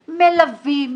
מלווים,